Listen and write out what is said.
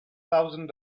thousand